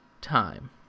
time